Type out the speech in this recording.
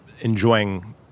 enjoying